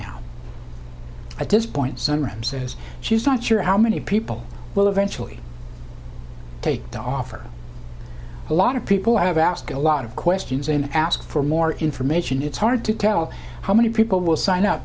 now at this point sunroom says she's not sure how many people will eventually take the offer a lot of people have asked a lot of questions and ask for more information it's hard to tell how many people will sign up